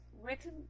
written